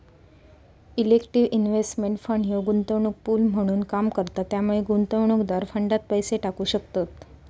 collective investment fund ह्यो गुंतवणूक pool म्हणून काम करता त्यामुळे गुंतवणूकदार फंडात पैसे टाकू शकतत